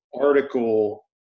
article